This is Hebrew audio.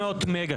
700 מגה.